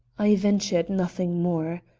i ventured nothing more.